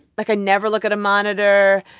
like, i never look at a monitor.